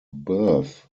birth